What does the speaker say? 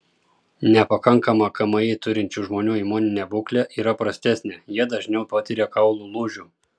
nepakankamą kmi turinčių žmonių imuninė būklė yra prastesnė jie dažniau patiria kaulų lūžių